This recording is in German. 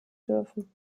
dürfen